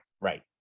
Right